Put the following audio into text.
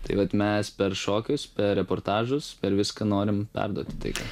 tai vat mes per šokius per reportažus per viską norim perduoti tai ką